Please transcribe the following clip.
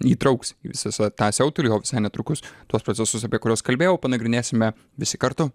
įtrauks į visą sa tą siautulį jau visai netrukus tuos procesus apie kuriuos kalbėjau panagrinėsime visi kartu